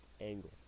Angle